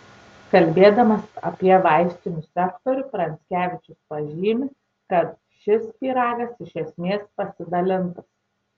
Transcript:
kalbėdamas apie vaistinių sektorių pranckevičius pažymi kad šis pyragas iš esmės pasidalintas